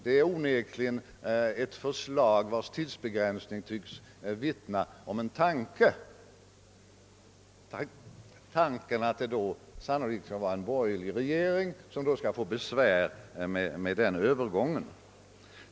Det är onekligen ett förslag, vars tidsbegränsning tycks vittna om en tanke, tanken att en borgerlig regering då skulle få besväret med övergången.